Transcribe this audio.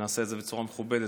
ונעשה את זה בצורה מכובדת,